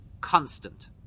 constant